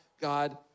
God